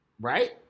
Right